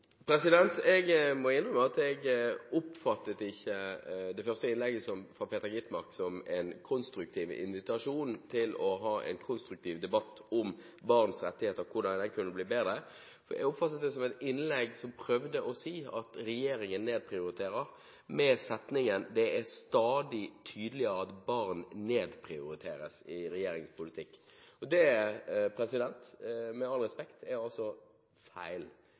Jeg må innrømme at jeg oppfattet ikke det første innlegget fra Peter Skovholt Gitmark som en konstruktiv invitasjon til å ha en konstruktiv debatt om barns rettigheter, og hvordan de kan bli bedre. Jeg oppfattet det som et innlegg som prøvde å si at regjeringen nedprioriterer barn, med setningen om at det er stadig tydeligere at barn nedprioriteres i regjeringens politikk. Det er med all respekt å melde feil.